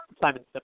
Simon